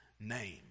name